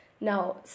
Now